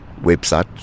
website